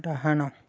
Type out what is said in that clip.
ଡ଼ାହାଣ